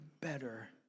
better